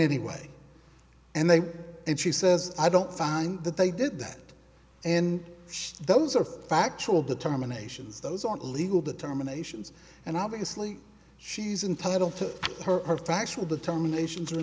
anyway and they and she says i don't find that they did that and those are factual determinations those aren't legal determinations and obviously she's entitled to her or factual determination